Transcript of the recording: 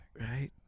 right